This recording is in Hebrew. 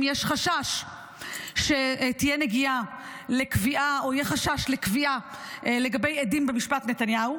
יש חשש שתהיה נגיעה לקביעה או יהיה חשש לקביעה לגבי עדים במשפט נתניהו,